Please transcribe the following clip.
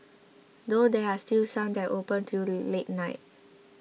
though there are still some that open till late night